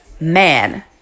man